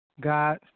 God